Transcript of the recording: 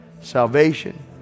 salvation